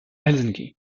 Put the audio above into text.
helsinki